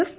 F